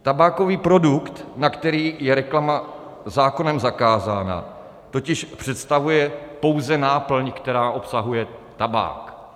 Tabákový produkt, na který je reklama zákonem zakázána, totiž představuje pouze náplň, která obsahuje tabák.